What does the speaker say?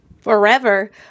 Forever